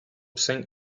saint